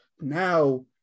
Now